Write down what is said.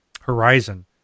Horizon